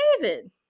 David